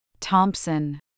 Thompson